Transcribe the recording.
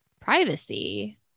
privacy